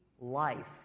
life